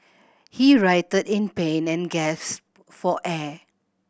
he writhed in pain and for air